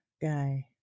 guy